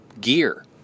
gear